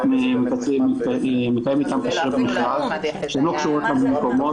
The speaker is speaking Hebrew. מתאם אתם את תנאי המכרז והן לא קשורות למקומות.